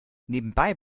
nebenbei